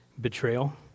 betrayal